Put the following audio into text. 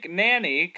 nanny